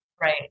Right